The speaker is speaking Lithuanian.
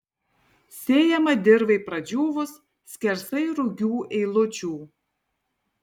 sėjama dirvai pradžiūvus skersai rugių eilučių